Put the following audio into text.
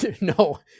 No